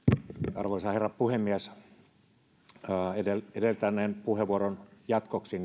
arvoisa herra puhemies edeltäneen puheenvuoron jatkoksi